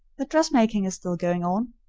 the dressmaking is still going on.